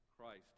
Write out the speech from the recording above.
Christ